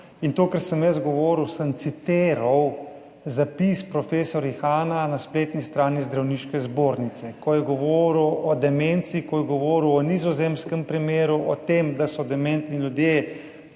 in to, kar sem jaz govoril, sem citiral zapis profesor Ihana na spletni strani Zdravniške zbornice, ko je govoril o demenci, ko je govoril o nizozemskem primeru, o tem, da so dementni ljudje